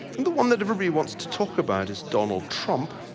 and the one that everybody wants to talk about is donald trump.